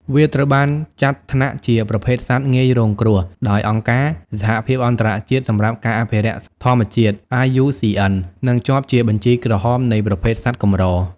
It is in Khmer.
វាត្រូវបានចាត់ថ្នាក់ជាប្រភេទសត្វ ងាយរងគ្រោះ ដោយអង្គការ សហភាពអន្តរជាតិសម្រាប់ការអភិរក្សធម្មជាតិ (IUCN) និងជាប់ជាបញ្ជីក្រហមនៃប្រភេទសត្វកម្រ។